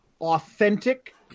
authentic